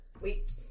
Wait